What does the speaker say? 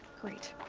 great.